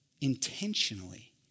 intentionally